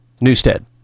Newstead